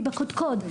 היא בקדקוד,